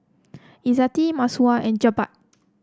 Izzati Masayu and Jebat